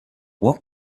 what